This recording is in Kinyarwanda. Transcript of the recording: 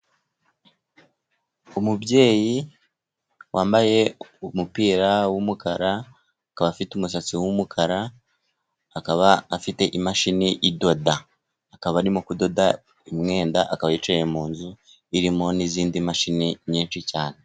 Umubyeyi wambaye umupira wumukara akaba afite umusatsi wumukara , imashini idoda. akaba arimo kudoda imyenda akaba yicaye mu nzu irimo n'izindi mashini nyinshi cyane.